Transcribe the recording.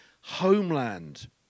homeland